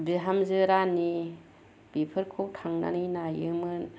बिहामजो रानि बेफोरखौ थांनानै नायोमोन